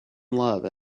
love